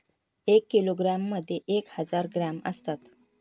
एक किलोग्रॅममध्ये एक हजार ग्रॅम असतात